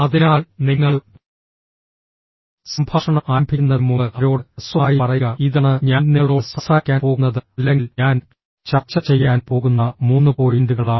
അതിനാൽ നിങ്ങൾ സംഭാഷണം ആരംഭിക്കുന്നതിന് മുമ്പ് അവരോട് ഹ്രസ്വമായി പറയുക ഇതാണ് ഞാൻ നിങ്ങളോട് സംസാരിക്കാൻ പോകുന്നത് അല്ലെങ്കിൽ ഞാൻ ചർച്ച ചെയ്യാൻ പോകുന്ന മൂന്ന് പോയിന്റുകളാണ്